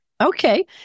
Okay